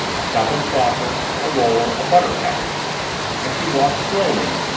a cup and saucer, a roll, a butter pat and she walked slowly,